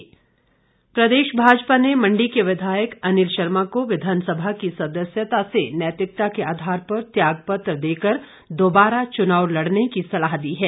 भाजपा प्रदेश भाजपा ने मंडी के विधायक अनिल शर्मा को विधानसभा की सदस्यता से नैतिकता के आधार पर त्यागपत्र देकर दोबारा चुनाव लड़ने की सलाह दी है